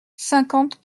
cinquante